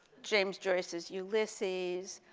james joyce's ulysses,